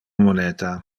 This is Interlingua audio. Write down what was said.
moneta